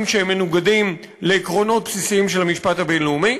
שהם מנוגדים לעקרונות הבסיסיים של המשפט הבין-לאומי.